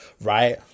right